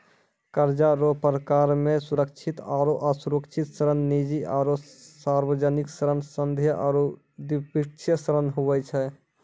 कर्जा रो परकार मे सुरक्षित आरो असुरक्षित ऋण, निजी आरो सार्बजनिक ऋण, संघीय आरू द्विपक्षीय ऋण हुवै छै